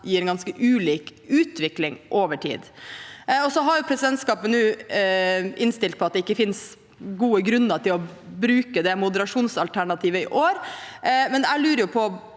gir en ganske ulik utvikling over tid. Presidentskapet har nå innstilt på at det ikke finnes gode grunner til å bruke det moderasjonsalternativet i år.